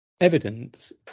evidence